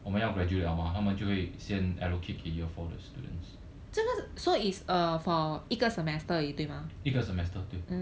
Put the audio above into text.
我们要 graduate liao mah 他们就会先 allocate 给 year four 的 students 一个 semester 对